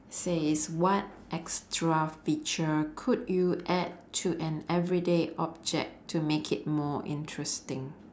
says what extra feature could you add to an everyday object to make it more interesting